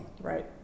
Right